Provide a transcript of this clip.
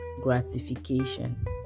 gratification